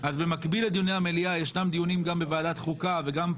אז במקביל לדיוני המליאה ישנם דיונים גם בוועדת חוקה וגם פה,